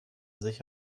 sich